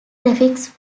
graphics